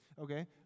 Okay